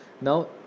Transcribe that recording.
Now